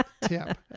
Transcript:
tip